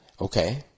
okay